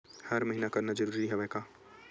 हर महीना करना जरूरी हवय का?